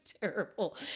terrible